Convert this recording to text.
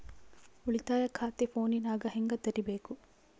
ಉಳಿತಾಯ ಖಾತೆ ಫೋನಿನಾಗ ಹೆಂಗ ತೆರಿಬೇಕು?